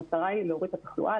המטרה היא להוריד את התחלואה,